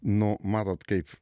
nu matot kaip